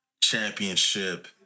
championship